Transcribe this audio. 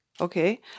okay